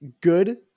good